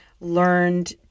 learned